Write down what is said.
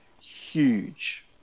huge